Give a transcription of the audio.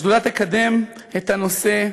השדולה תקדם את הנושא,